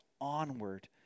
onward